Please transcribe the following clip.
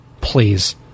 Please